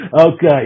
Okay